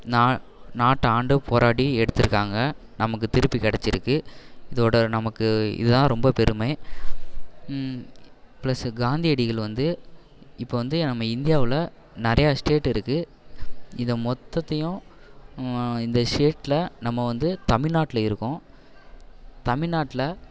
நா நாட்டை ஆண்டு போராடி எடுத்துருக்காங்க நமக்கு திருப்பி கிடச்சிருக்கு இதோட நமக்கு இதுதான் ரொம்ப பெருமை ப்ளஸ் காந்தியடிகள் வந்து இப்போ வந்து நம்ம இந்தியாவில் நிறைய ஸ்டேட் இருக்கு இதை மொத்தத்தையும் இந்த ஷேடில் நம்ம வந்து தமிழ்நாட்டில் இருக்கோம் தமிழ்நாட்டில்